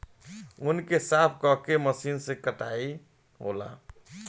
ऊँन के साफ क के मशीन से कताई होला